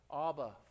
Abba